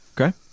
okay